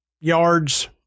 yards